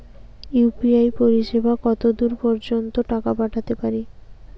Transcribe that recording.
UPI পরিসেবা কতদূর পর্জন্ত টাকা পাঠাতে পারি?